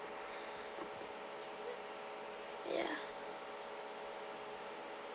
ya